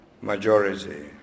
majority